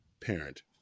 parent